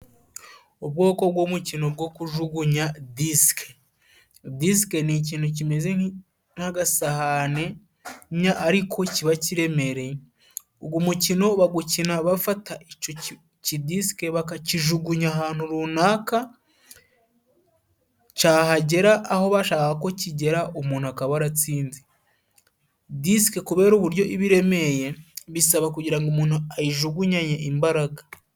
Ubwoko gw'umukino gwo kujugunya disike. Disike ni ikintu kimeze nk'agasahane, ariko kiba kiremereye. Ugwo mukino bagukina bafata ico kidisike bakakijugunya ahantu runaka, cahagera aho bashakaga ko kigera, umuntu akaba aratsinze. Disike kubera uburyo iba iremeye, bisaba kugira ngo umuntu ayijugunyanye imbaraga.